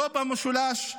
לא במשולש,